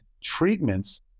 treatments